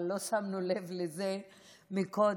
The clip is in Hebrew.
אבל לא שמנו לב לזה קודם,